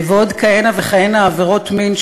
ועוד כהנה וכהנה עבירות מין,